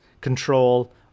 control